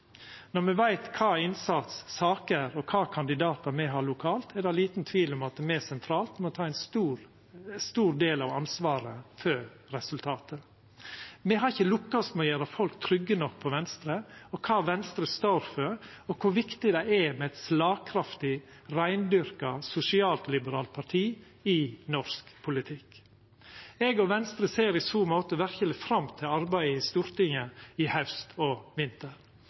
Når me veit kva innsats, kva saker og kva kandidatar me har lokalt, er det liten tvil om at me sentralt må ta ein stor del av ansvaret for resultatet. Me har ikkje lukkast med å gjera folk trygge nok på Venstre, og på kva Venstre står for, og kor viktig det er med eit slagkraftig, reindyrka sosialliberalt parti i norsk politikk. Eg og Venstre ser i så måte verkeleg fram til arbeidet i Stortinget i haust og vinter,